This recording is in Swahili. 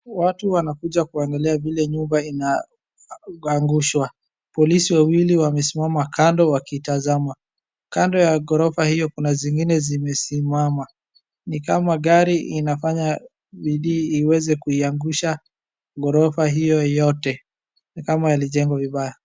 Watu wanakuja kuangalia vile nyumba inaangushwa. Polisi wawili wamesimama kando wakitazama, kando ya kughorofa hiyo kuna zingine zimesimama ni kama gari inafanya bidii iweze kuiangusha ghorofa hiyo yote. Ni kama jengo ni mbaya.